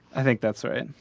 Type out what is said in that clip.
i think that's right.